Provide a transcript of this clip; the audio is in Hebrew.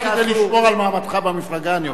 זה רק כדי לשמור על מעמדך במפלגה אני אומר.